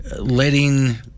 letting